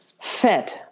fed